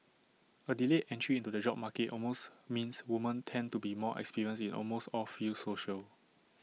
A delayed entry into the job market almost means women tend to be more experienced in almost all fields social